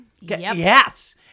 Yes